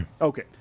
Okay